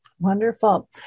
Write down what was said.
Wonderful